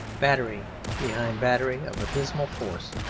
battery behind battery of abysmal force.